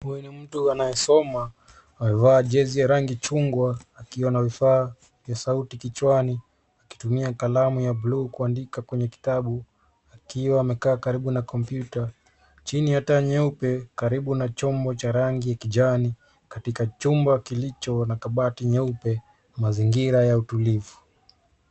Huyu ni mtu anayesoma. Amevaa jezi ya rangi chungwa akiwa na vifaa vya sauti kichwani, akitumia kalamu ya buluu kuandika kwenye kitabu, akiwa amekaa karibu na kompyuta. Chini ya taa nyeupe karibu na rangi ya kijani katika chumba kilicho na kabati nyeupe, mazingira ya utulivu.